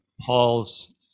Paul's